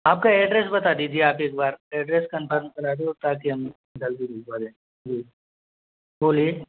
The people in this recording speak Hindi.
आपका एड्रेस बता दीजिए आप एक बार एड्रेस कंफर्म करा दो ताकि हम जल्दी भिजवा दें जी बोलिए